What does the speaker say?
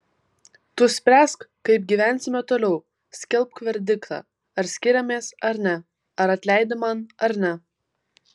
tu spręsk kaip gyvensime toliau skelbk verdiktą ar skiriamės ar ne ar atleidi man ar ne